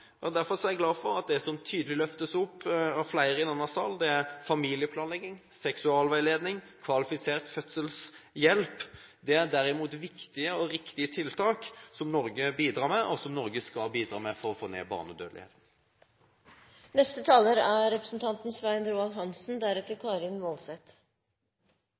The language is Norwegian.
Derfor er jeg glad for at det som tydelig løftes opp av flere i denne sal, er familieplanlegging, seksualveiledning og kvalifisert fødselshjelp. Det er viktige og riktige tiltak som Norge bidrar med, og som Norge skal bidra med for å få ned